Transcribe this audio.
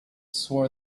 swore